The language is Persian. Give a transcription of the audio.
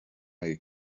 مگه